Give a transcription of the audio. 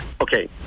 okay